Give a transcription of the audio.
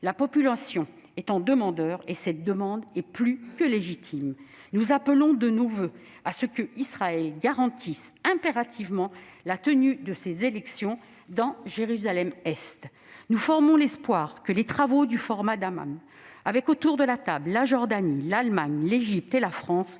La population en est demandeuse, et cette demande est plus que légitime. Nous appelons de nos voeux qu'Israël garantisse impérativement la tenue de ces élections dans Jérusalem-Est. Nous formons l'espoir que les travaux du format d'Amman avec, autour de la table, la Jordanie, l'Allemagne, l'Égypte et la France